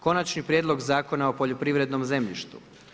Konačni prijedlog Zakona o poljoprivrednom zemljištu.